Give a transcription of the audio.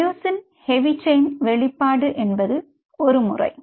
myosin heavy chain வெளிப்பாடு என்பது ஒரு முறை